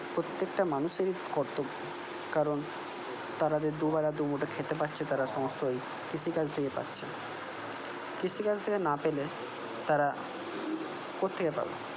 প্রত্যেকটা মানুষেরই কর্তব্য কারণ তারা যে দু বেলা দু মুঠো খেতে পাচ্ছে তারা সমস্ত এই কৃষিকাজ থেকেই পাচ্ছে কৃষিকাজ থেকে না পেলে তারা কোত্থেকে পাবে